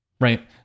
Right